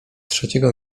trzeciego